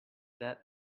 that